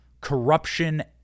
corruption